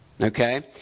Okay